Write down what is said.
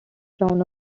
brown